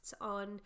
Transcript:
on